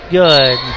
good